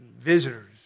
visitors